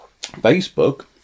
Facebook